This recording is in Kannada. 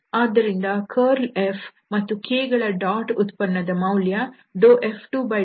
ಆದ್ದರಿಂದ ಕರ್ಲ್ F ಮತ್ತು k ಗಳ ಡಾಟ್ ಉತ್ಪನ್ನ ನ ಮೌಲ್ಯ F2∂x F1∂y